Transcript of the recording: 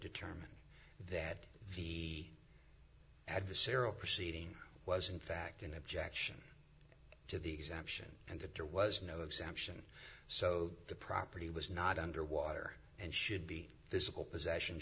determined that the adversarial proceeding was in fact an objection to the exemption and that there was no exemption so the property was not underwater and should be this simple possession